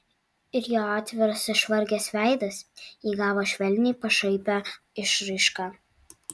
ir jo atviras išvargęs veidas įgavo švelniai pašaipią išraišką